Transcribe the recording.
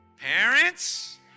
parents